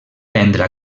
prendre